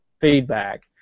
feedback